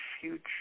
future